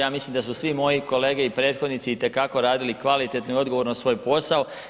Ja mislim da su svi moji kolege i prethodnici itekako radili kvalitetno i odgovorno svoj posao.